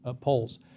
polls